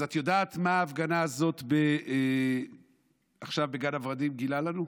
אז את יודעת מה ההפגנה הזאת עכשיו בגן הוורדים גילתה לנו?